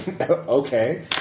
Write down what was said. Okay